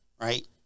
right